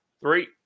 three